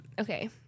Okay